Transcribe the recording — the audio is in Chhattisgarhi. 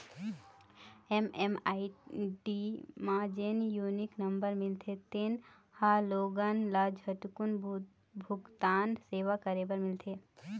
एम.एम.आई.डी म जेन यूनिक नंबर मिलथे तेन ह लोगन ल झटकून भूगतान सेवा करे बर मिलथे